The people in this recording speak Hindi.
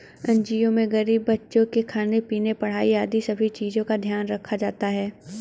एन.जी.ओ में गरीब बच्चों के खाने पीने, पढ़ाई आदि सभी चीजों का ध्यान रखा जाता है